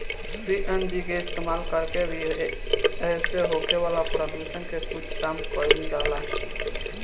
CNG के इस्तमाल कर के भी एसे होखे वाला प्रदुषण के कुछ कम कईल जाला